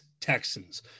Texans